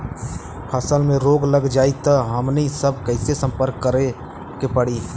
फसल में रोग लग जाई त हमनी सब कैसे संपर्क करें के पड़ी?